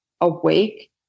awake